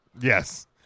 Yes